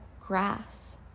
grass